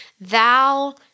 Thou